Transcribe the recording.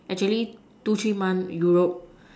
actually two three month Europe